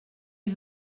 est